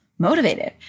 motivated